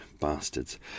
bastards